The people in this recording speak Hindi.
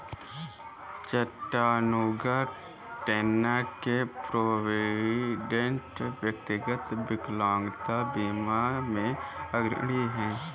चट्टानूगा, टेन्न के प्रोविडेंट, व्यक्तिगत विकलांगता बीमा में अग्रणी हैं